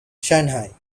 shanghai